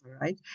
right